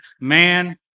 man